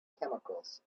chemicals